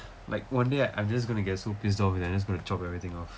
like one day I I'm just going to get so pissed off them I'm just gonna to chop everything off